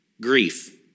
Grief